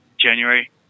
January